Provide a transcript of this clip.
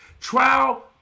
Trial